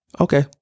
Okay